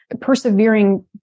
Persevering